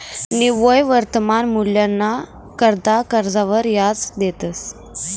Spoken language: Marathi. निव्वय वर्तमान मूल्यना करता कर्जवर याज देतंस